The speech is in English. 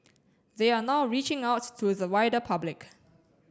they are now reaching out to the wider public